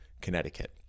Connecticut